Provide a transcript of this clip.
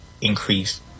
increase